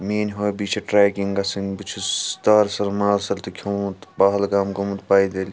مِیٲنۍ ہابِی چھِ ٹریٚکِنٛگ گَژٕھنۍ بہٕ چھُس تار سَر مار سَر تہِ کھیٚومُت پہلگام گوٚمُت پایدٕلۍ